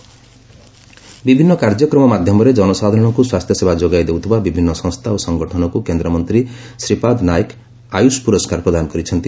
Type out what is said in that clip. ଗମେଣ୍ଟ AYUSH award ବିଭିନ୍ନ କାର୍ଯ୍ୟକ୍ରମ ମାଧ୍ୟମରେ ଜନସାଧାରଣଙ୍କୁ ସ୍ୱାସ୍ଥ୍ୟସେବା ଯୋଗାଇ ଦେଉଥିବା ବିଭିନ୍ନ ସଂସ୍ଥା ଓ ସଂଗଠନକୁ କେନ୍ଦ୍ରମନ୍ତ୍ରୀ ଶ୍ରୀପାଦ ନାଏକ ଆୟୁଷ ପୁରସ୍କାର ପ୍ରଦାନ କରିଛନ୍ତି